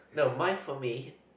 no mine for me